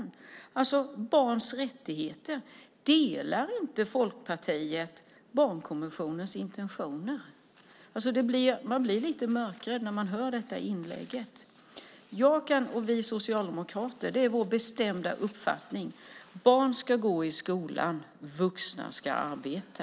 När det gäller barns rättigheter, delar inte Folkpartiet barnkonventionens intentioner? Man blir lite mörkrädd när man hör detta inlägg. Jag och vi socialdemokrater har en bestämd uppfattning: Barn ska gå i skolan - vuxna ska arbeta.